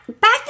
Back